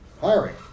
hiring